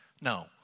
No